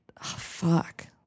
fuck